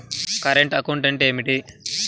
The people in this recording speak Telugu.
కరెంటు అకౌంట్ అంటే ఏమిటి?